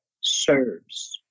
serves